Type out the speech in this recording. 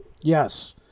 Yes